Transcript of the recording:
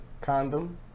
Condom